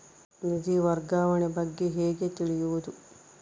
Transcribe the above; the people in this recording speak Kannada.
ನಿಧಿ ವರ್ಗಾವಣೆ ಬಗ್ಗೆ ಹೇಗೆ ತಿಳಿಯುವುದು?